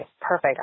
perfect